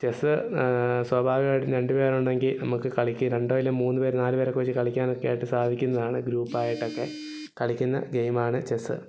chess സ്വാഭാവികമായിട്ടും രണ്ടുപേരുണ്ടെങ്കിൽ നമുക്ക് കളിക്കാൻ രണ്ടോ ഇല്ലേൽ മൂന്നുപേര് നാല് പേരൊക്കെ വെച്ച് കളിക്കാൻ സാധിക്കുന്നതാണ് ഗ്രൂപ്പായിട്ടൊക്കെ കളിക്കുന്ന ഗെയിമാണ് ചെസ്സ്